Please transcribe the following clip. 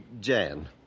Jan